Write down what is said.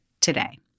today